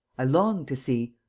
i long to see.